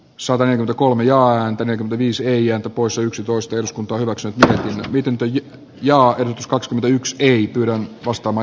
saaren kolme ja antennin viisi neljä poissa yksitoista jos kunto hyväksytä pitempi ja rops x ei ostama